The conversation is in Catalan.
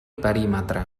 perímetre